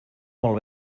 molt